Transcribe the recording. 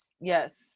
Yes